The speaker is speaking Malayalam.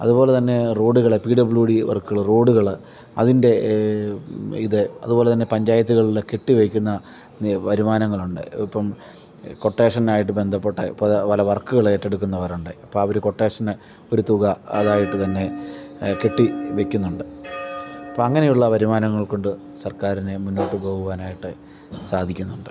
അതുപോലെത്തന്നെ റോഡ്കൾ പീ ഡബ്ള്യൂ ഡീ വർക്ക്കൾ റോഡ്കൾ അതിൻ്റെ ഇത് അതുപോലെത്തന്നെ പഞ്ചായത്തുകളിൽ കെട്ടിവയ്ക്കുന്ന വരുമാനങ്ങളുണ്ട് ഇപ്പം കൊട്ടേഷൻ ആയിട്ട് ബന്ധപ്പെട്ട് അപ്പം അതുപോലെ വർക്ക്കൾ ഏറ്റെടുക്കുന്നവരുണ്ട് അപ്പം അവർ കൊട്ടേഷന് ഒരു തുക അതായിട്ട് തന്നെ കെട്ടി വയ്ക്കുന്നുണ്ട് അപ്പം അങ്ങനെയുള്ള വരുമാനങ്ങൾ കൊണ്ട് സർക്കാരിന് മുന്നോട്ട് പോകുവാനായിട്ട് സാധിക്കുന്നുണ്ട്